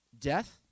Death